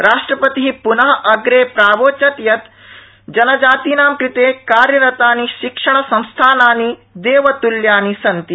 राष्ट्रपति प्न अप्रे प्रावोचत् यत् जनजातीनां कृते कार्यरतानि शिक्षणसंस्थानानि देवतुल्यानि सन्ति